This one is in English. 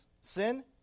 sin